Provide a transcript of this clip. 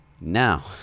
Now